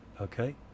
okay